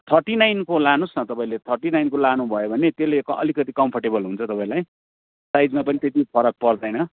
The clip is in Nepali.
थर्टी नाइनको लानुहोस् न तपाईँले थर्टी नाइनको लानुभयो भने त्यसले अलिकति कम्फोर्टेबल हुन्छ तपाईँलाई साइजमा पनि त्यति फरक पर्दैन